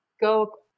go